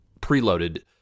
Preloaded